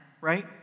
right